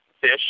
Fish